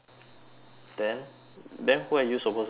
then then who are you supposed to send to